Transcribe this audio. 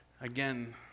Again